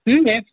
ఏ